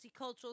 multicultural